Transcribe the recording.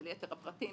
ועל יתר הפרטים,